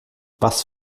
was